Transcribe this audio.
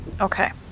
Okay